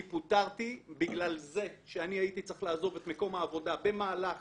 אני פוטרתי בגלל זה שאני הייתי צריך לעזוב את מקום העבודה במהלך